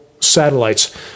satellites